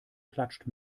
klatscht